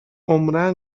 عمرا